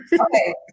Okay